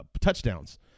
touchdowns